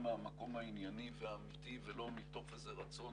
מהמקום הענייני והאמיתי ולא מתוך איזה רצון